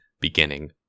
beginning